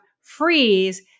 freeze